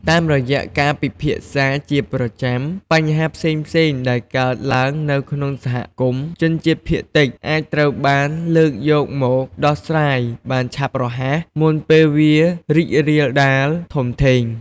តាមរយៈការពិភាក្សាជាប្រចាំ បញ្ហាផ្សេងៗដែលកើតឡើងនៅក្នុងសហគមន៍ជនជាតិភាគតិច អាចត្រូវបានលើកយកមកដោះស្រាយបានឆាប់រហ័ស មុនពេលវារីករាលដាលធំធេង។